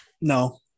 no